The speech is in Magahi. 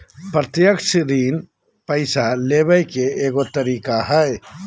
प्रत्यक्ष ऋण पैसा लेबे के एगो तरीका हइ